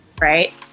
right